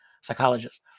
psychologist